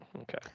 okay